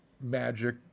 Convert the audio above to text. magic